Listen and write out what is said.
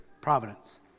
Providence